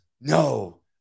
No